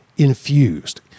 infused